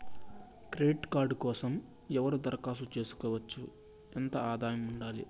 Credit card కోసం ఎవరు దరఖాస్తు చేసుకోవచ్చు? ఎంత ఆదాయం ఉండాలి?